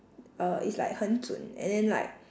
uh is like 很准 and then like